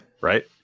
Right